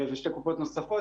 ושתי קופות נוספות,